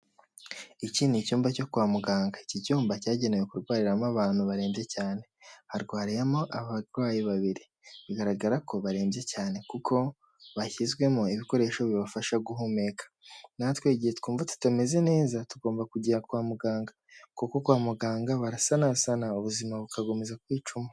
Iki ni icyumba cyo kwa muganga, iki cyumba cyagenewe kurwariramo abantu barembye cyane, harwariyemo abarwayi babiri, bigaragara ko barembye cyane, kuko bashyizwemo ibikoresho bibafasha guhumeka, natwe igihe twumva tutameze neza tugomba kujya kwa muganga, kuko kwa muganga barasanasana, ubuzima bugakomeza kwicuma.